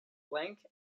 plank